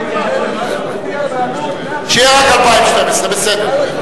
אנחנו נצביע רק על 2012. שיהיה רק 2012. בסדר.